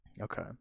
Okay